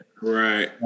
Right